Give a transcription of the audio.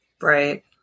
Right